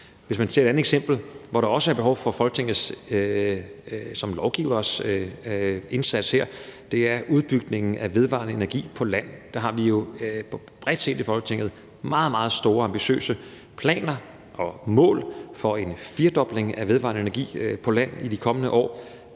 Hvis man tager et andet eksempel, hvor der også er behov for Folketinget som lovgivers indsats, er det udbygningen af vedvarende energi på land. Der har vi jo bredt set i Folketinget meget, meget store og ambitiøse planer og mål for en firdobling af vedvarende energi på land de kommende år,